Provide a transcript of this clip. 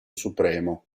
supremo